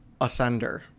Ascender